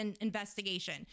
investigation